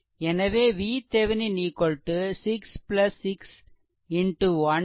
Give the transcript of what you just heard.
எனவே VThevenin 6 6 x1 12 volt